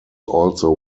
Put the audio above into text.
also